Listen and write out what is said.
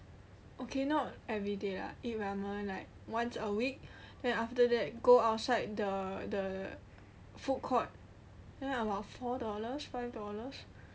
okay not everyday lah I eat ramen like once a week then after that go outside the the food court then about four dollars five dollars